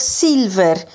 silver